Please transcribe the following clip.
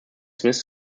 smith